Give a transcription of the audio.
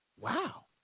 Wow